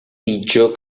pitjor